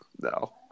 no